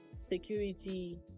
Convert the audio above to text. security